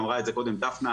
אמרה את זה קודם דפנה,